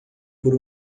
por